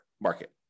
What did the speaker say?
market